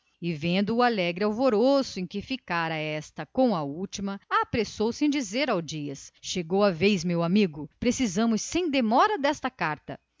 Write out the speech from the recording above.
e vendo o alvoroço em que a rapariga ficara com a última apressou-se em dizer ao caixeiro chegou a vez meu amigo é agora atire se precisamos desta carta